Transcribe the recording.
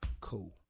cool